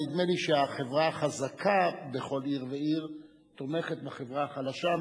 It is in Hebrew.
נדמה לי שהחברה החזקה בכל עיר ועיר תומכת בחברה החלשה,